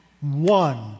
one